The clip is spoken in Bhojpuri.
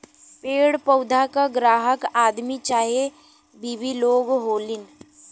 पेड़ पउधा क ग्राहक आदमी चाहे बिवी लोग होलीन